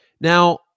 Now